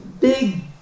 big